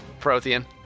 Prothean